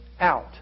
out